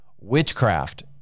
Witchcraft